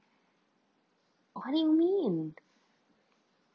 what do you mean